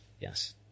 yes